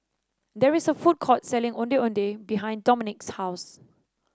there is a food court selling Ondeh Ondeh behind Dominik's house